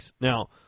Now